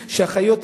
סחיטה,